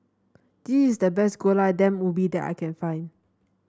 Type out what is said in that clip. this is the best Gulai Daun Ubi that I can find